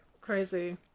Crazy